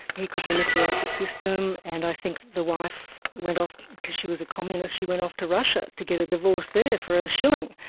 he could manipulate the system. and i think the wife went off, because she was a communist, she went off to russia to get a divorce there for a shilling.